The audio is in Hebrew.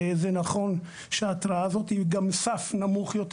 זה נכון שההתרעה הזאת היא גם סף נמוך יותר.